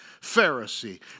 Pharisee